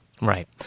Right